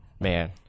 Man